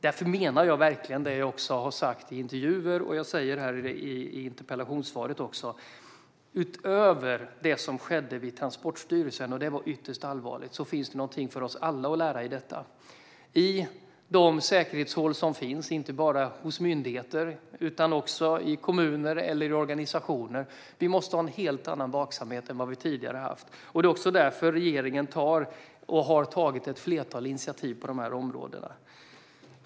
Därför menar jag verkligen det jag har sagt även i intervjuer och som jag sa i interpellationssvaret: Utöver det som skedde vid Transportstyrelsen - och det var ytterst allvarligt - finns det någonting för oss alla att lära i detta. När det gäller de säkerhetshål som finns inte bara hos myndigheter utan också i kommuner eller organisationer måste vi ha en helt annan vaksamhet än vi tidigare haft. Det är också därför regeringen tar och har tagit ett flertal initiativ på dessa områden.